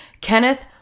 Kenneth